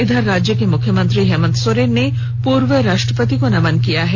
इधर राज्य के मुख्यमंत्री हेमंत सोरेन ने पूर्व राष्ट्रपति को नमन किया है